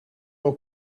your